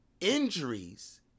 injuries